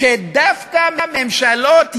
שדווקא ממשלות ימין,